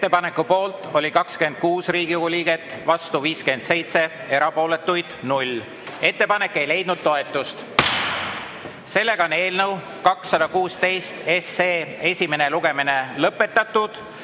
Ettepaneku poolt oli 26 Riigikogu liiget, vastu 57, erapooletuid 0. Ettepanek ei leidnud toetust. Eelnõu 216 esimene lugemine on lõpetatud